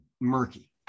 murky